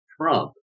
Trump